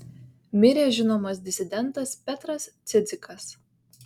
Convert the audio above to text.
mirė žinomas disidentas petras cidzikas